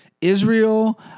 Israel